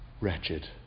wretched